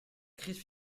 crise